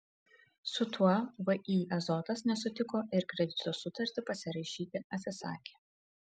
su tuo vį azotas nesutiko ir kredito sutartį pasirašyti atsisakė